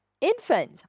Infant